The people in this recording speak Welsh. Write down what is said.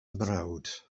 mrawd